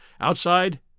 Outside